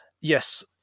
yes